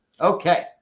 Okay